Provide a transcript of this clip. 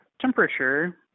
temperature